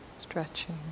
stretching